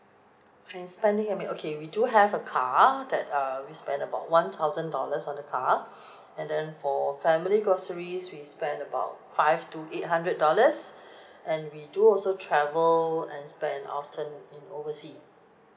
my spending habit okay we do have a car that uh we spend about one thousand dollars on the car and then for family groceries we spend about five to eight hundred dollars and we do also travel and spend often in oversea